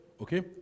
okay